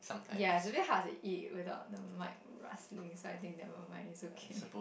yeah it's very hard to eat whether on the mic rushing side think they will mind it's okay